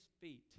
feet